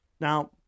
Now